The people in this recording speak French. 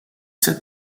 sept